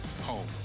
home